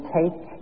take